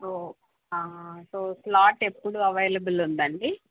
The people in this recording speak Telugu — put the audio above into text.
ఓహ్ స్లాట్ ఎప్పుడు అవైలబుల్ ఉందండి